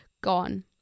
gone